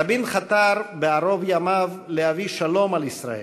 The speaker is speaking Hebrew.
רבין חתר בערוב ימיו להביא שלום על ישראל.